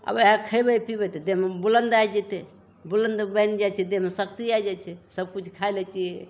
अब वएह खयबय पीबय तऽ देहमे बुलन्दि आइ जेतय बुलन्द बनि जाइ छै देहमे शक्ति आइ जाइ छै सब किछु खाइ लै छियै